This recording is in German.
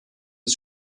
des